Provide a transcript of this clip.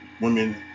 women